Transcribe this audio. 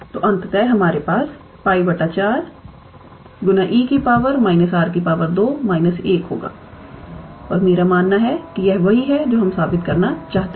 तो अंततः हमारे पास π 4 𝑒 −𝑅 2 − 1 होगा और मेरा मानना है कि यह वही है जो हम साबित करना चाहते थे